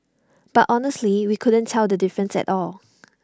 but honestly we couldn't tell the difference at all